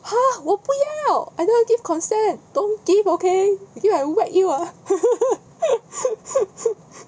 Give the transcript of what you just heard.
ha 我不要 I never give consent don't give okay if not I whack you ah